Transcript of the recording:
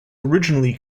originally